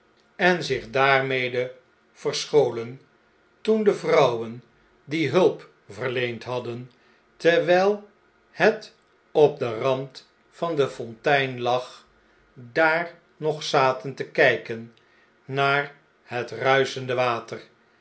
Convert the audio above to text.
en zich daarmede verscholen toen de vrouwen die hulp verleend hadden terwjjl het op den rand van de fontein lag daar nog zaten te kjjken naar het ruischende water